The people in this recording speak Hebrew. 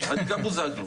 בוזגלו, אני גם בוזגלו.